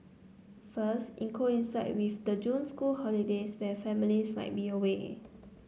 first it coincided with the June school holidays when families might be away